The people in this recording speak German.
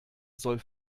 soll